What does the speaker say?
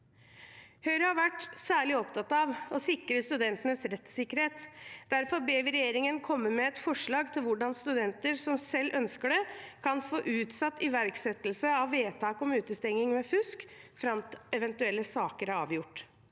Høyre har vært særlig opptatt av å sikre studentenes rettsikkerhet. Derfor ber vi regjeringen komme med et forslag til hvordan studenter som selv ønsker det, kan få utsatt iverksettelse av vedtak om utestenging ved fusk fram til eventuelle saker er avgjort.